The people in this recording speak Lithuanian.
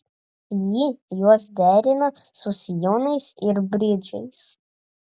ji juos derina su sijonais ir bridžais